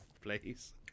please